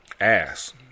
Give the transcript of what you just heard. ass